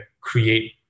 create